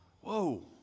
Whoa